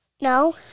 No